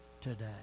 today